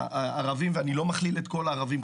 אני לא מכליל את כל הערבים,